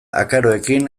akaroekin